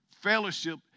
fellowship